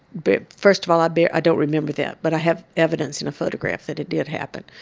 but first of all but i don't remember that, but i have evidence in a photograph that it did happen.